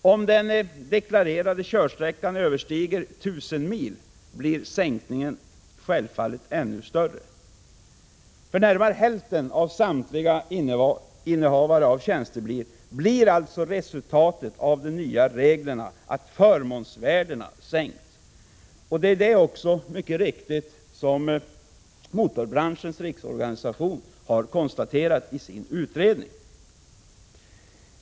Om den deklarerade körsträckan överstiger 1 000 mil blir sänkningen självfallet ännu större. För närmare hälften av samtliga innehavare av tjänstebil blir alltså resultatet av de nya reglerna att förmånsvärdena sänks. Motorbranschens riksorganisation konstaterar detta i sin utredning, och det är mycket riktigt.